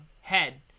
head